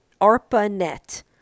ARPANET